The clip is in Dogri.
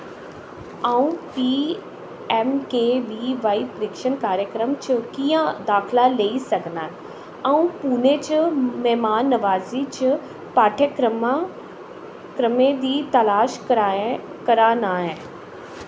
आऊं P M K V Y प्रशिक्षण कार्यक्रम च कि'यां दाखला लेई सकनां आऊं पुणे च महमान नवाजी च पाठ्यक्रमें दी तलाश करा नां ऐं